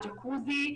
ג'קוזי,